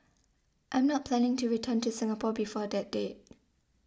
I'm not planning to return to Singapore before that date